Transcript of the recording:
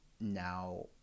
Now